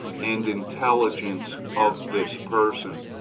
and intelligence of this person,